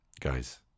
guys